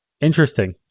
interesting